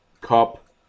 Cup